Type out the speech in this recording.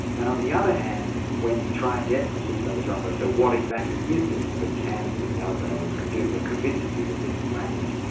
and on the other hand, when you try and get from sue savage-rumbaugh, so what exactly is it that kanzi and the other bonobos can do that but convinces you that this is language,